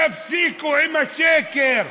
תפסיקו עם השקר.